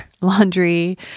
laundry